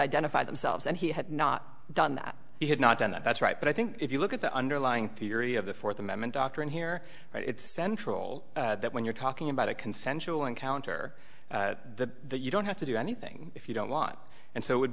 identify themselves and he had not done that he had not done that that's right but i think if you look at the underlying theory of the fourth amendment doctrine here it's central that when you're talking about a consensual encounter the you don't have to do anything if you don't want and so it would